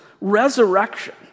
resurrection